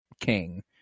king